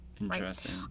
Interesting